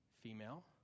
Female